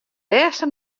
lêste